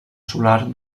solar